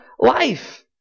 life